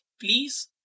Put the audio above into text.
please